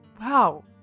Wow